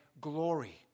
glory